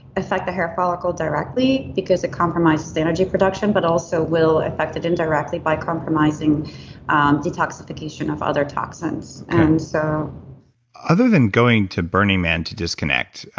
affect the hair follicle directly because it compromises the energy production, but also will affect it indirectly by compromising detoxification of other toxins. and so other than going to burning man to disconnect,